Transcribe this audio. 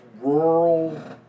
rural